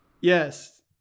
Yes